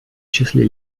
числе